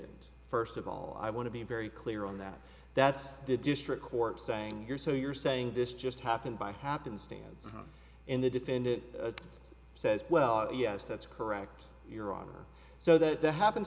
t first of all i want to be very clear on that that's the district court saying your so you're saying this just happened by happenstance in the defendant says well yes that's correct your honor so that the happens